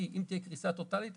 כי אם תהיה קריסה טוטלית,